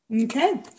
okay